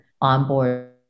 onboard